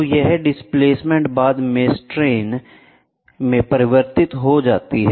तो यह डिस्प्लेसमेंट बाद में स्ट्रेन में परिवर्तित हो सकता है